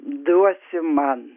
duosi man